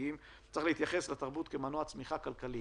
צריך להתייחס לתרבות כמנוע צמיחה כלכלי.